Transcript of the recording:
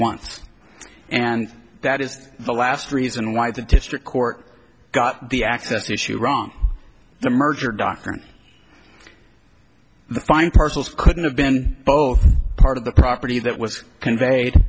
once and that is the last reason why the district court got the access issue wrong the merger doctrine the fine parcels couldn't have been both part of the property that was conveyed